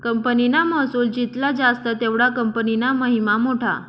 कंपनीना महसुल जित्ला जास्त तेवढा कंपनीना महिमा मोठा